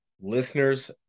listeners